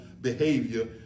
behavior